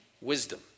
wisdom